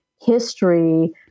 history